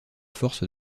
force